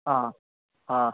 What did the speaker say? ꯑꯥ ꯑꯥ